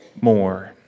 more